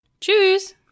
Tschüss